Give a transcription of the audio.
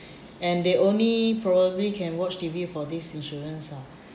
and they only probably can watch T_V for these insurance uh